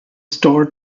store